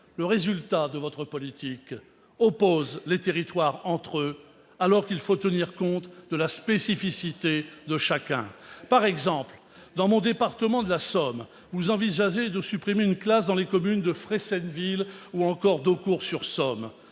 le résultat de votre politique oppose les territoires entre eux, alors qu'il faut tenir compte de la spécificité de chacun. Très bien ! Par exemple, dans le département dont je suis élu, la Somme, vous envisagez de supprimer une classe dans la commune de Fressenneville ou encore dans celle d'Eaucourt-sur-Somme.